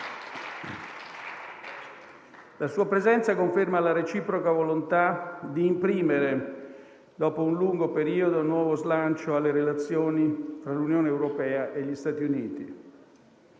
La sua presenza conferma la reciproca volontà di imprimere, dopo un lungo periodo, nuovo slancio alle relazioni tra l'Unione europea e gli Stati Uniti.